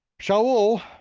shaul